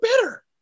better